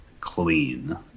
clean